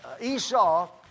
Esau